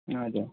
हजुर